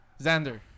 Xander